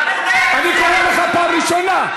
אני קורא אותך פעם ראשונה.